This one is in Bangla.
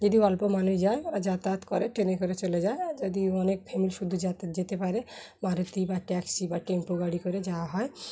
যদি অল্প মানুষ যায় বা যাতায়াত করে ট্রেনে করে চলে যায় যদি অনেক ফ্যামিলি শুধু যাতায়াত যেতে পারে মারুতি বা ট্যাক্সি বা টেম্পো গাড়ি করে যাওয়া হয়